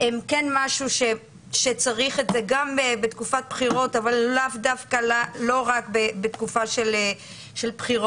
הם כן משהו שצריך אותו גם בתקופת בחירות אבל לא רק בתקופה של בחירות.